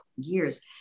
years